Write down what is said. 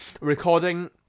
recording